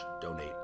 donate